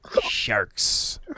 Sharks